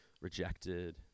rejected